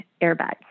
airbag